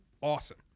Awesome